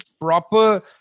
proper